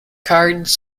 cards